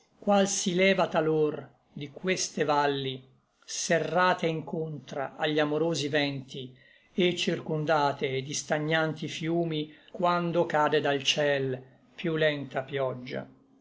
qual si leva talor di queste valli serrate incontra agli amorosi vènti et circundate di stagnanti fiumi quando cade dal ciel piú lenta pioggia